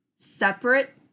separate